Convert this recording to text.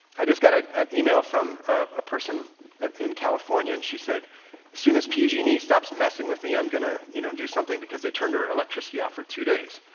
i just got an an email from a person in california and she said as soon as pge stops messing with me, i'm going to you know do something because they turned her and electricity off for two days.